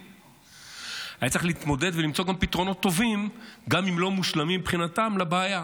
היה צריך להתמודד ולמצוא פתרונות טובים גם אם לא מושלמים מבחינתם לבעיה,